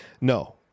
No